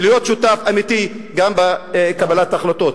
ולהיות שותף אמיתי גם בקבלת החלטות.